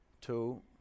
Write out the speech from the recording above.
two